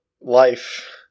life